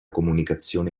comunicazione